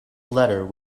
letter